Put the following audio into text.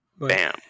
Bam